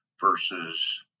versus